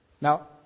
Now